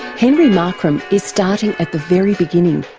henry markram is starting at the very beginning.